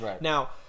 Now